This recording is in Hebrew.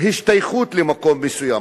השתייכות למקום מסוים.